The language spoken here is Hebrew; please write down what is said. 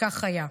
וכך היה.